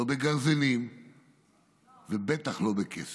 לא בגרזנים ובטח לא בכסף.